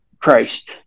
Christ